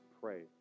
pray